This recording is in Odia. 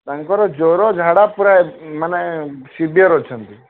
ତାଙ୍କର ଜ୍ୱର ଝାଡ଼ା ପୁରା ମାନେ ସିଭିଅର ଅଛନ୍ତି